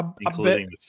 including